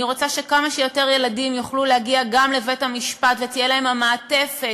אני רוצה שכמה שיותר ילדים יוכלו להגיע גם לבית-המשפט ותהיה להם המעטפת